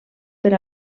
per